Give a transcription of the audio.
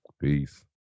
Peace